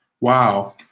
wow